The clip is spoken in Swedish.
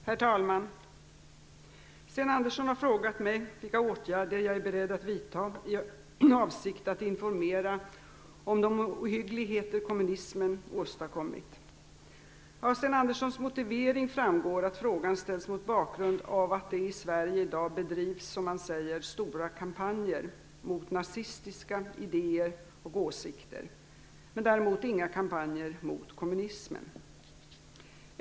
Herr talman! Sten Andersson har frågat mig vilka åtgärder jag är beredd att vidta i avsikt att informera om de "ohyggligheter kommunismen åstadkommit". Av Sten Anderssons motivering framgår att frågan ställs mot bakgrund av att det i Sverige i dag bedrivs "stora kampanjer" mot nazistiska idéer och åsikter men däremot inga kampanjer mot kommunismen.